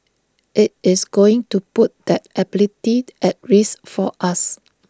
IT is going to put that ability at risk for us